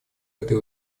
этой